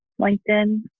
LinkedIn